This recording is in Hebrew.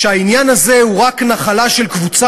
שהעניין הזה הוא רק נחלה של קבוצה